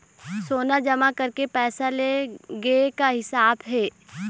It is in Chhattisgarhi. सोना जमा करके पैसा ले गए का हिसाब हे?